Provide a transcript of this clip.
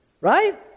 Right